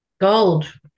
Gold